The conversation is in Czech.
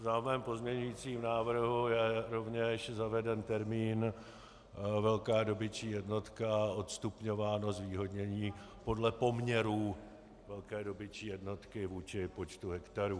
V mém pozměňovacím návrhu je rovněž zaveden termín velká dobytčí jednotka a odstupňováno zvýhodnění podle poměru velké dobytčí jednotky vůči počtu hektarů.